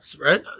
right